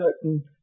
certain